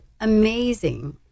amazing